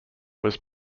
was